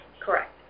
Correct